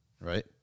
right